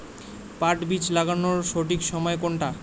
পাট বীজ লাগানোর সঠিক সময় কোনটা?